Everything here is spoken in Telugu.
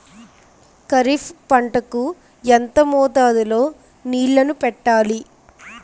ఖరిఫ్ పంట కు ఎంత మోతాదులో నీళ్ళని పెట్టాలి?